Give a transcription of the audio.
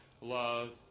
love